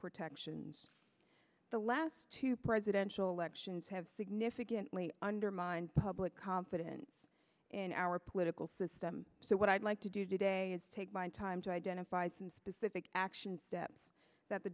protections the last two presidential elections have significantly undermined public confidence in our political system so what i'd like to do today is take my time to identify some specific action steps that the